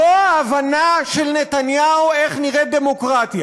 זו ההבנה של נתניהו איך נראית דמוקרטיה.